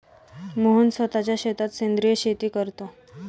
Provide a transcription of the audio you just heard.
मोहन स्वतःच्या शेतात सेंद्रिय शेती करतो